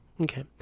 Okay